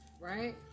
right